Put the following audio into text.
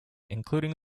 including